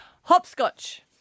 Hopscotch